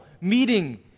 meeting